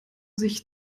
sich